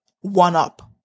one-up